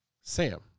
Sam